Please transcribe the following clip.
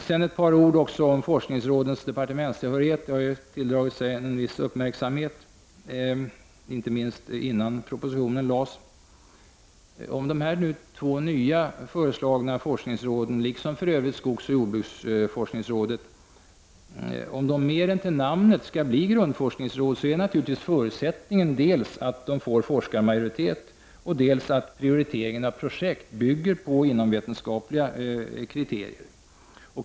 Sedan ett par ord om forskningsrådens departementstillhörighet. Den frågan har ju tilldragit sig en viss uppmärksamhet, inte minst innan propositionen lades fram. Om de två föreslagna forskningsråden liksom för övrigt skogsoch jordbruksforskningsrådet skall vara grundforskningsråd, och då inte bara till namnet, förutsätter det naturligtvis dels att de får forskarmajoritet, dels att prioriteringen av projekt bygger på inomvetenskapliga kriterier.